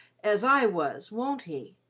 as i was, won't he?